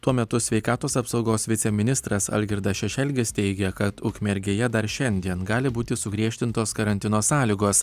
tuo metu sveikatos apsaugos viceministras algirdas šešelgis teigia kad ukmergėje dar šiandien gali būti sugriežtintos karantino sąlygos